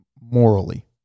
morally